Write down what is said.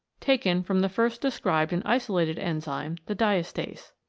taken from the first described and isolated enzyme, the diastase.